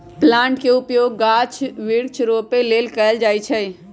plant के उपयोग गाछ वृक्ष रोपे लेल कएल जाइ छइ